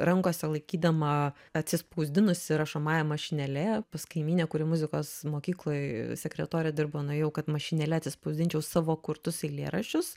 rankose laikydama atsispausdinusi rašomąja mašinėle pas kaimynę kuri muzikos mokykloj sekretore dirbo nuėjau kad mašinėle atsispausdinčiau savo kurtus eilėraščius